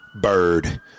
bird